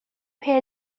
pay